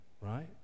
Right